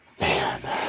Man